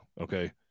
Okay